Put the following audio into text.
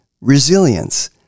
resilience